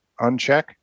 uncheck